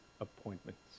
appointments